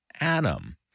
Adam